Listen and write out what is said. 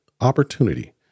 opportunity